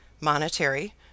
monetary